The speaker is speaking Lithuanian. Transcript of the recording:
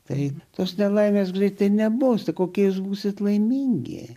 taip tos nelaimės greitai nebus kokiais būsite laimingi